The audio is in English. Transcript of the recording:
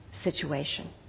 situation